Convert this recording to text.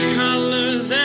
colors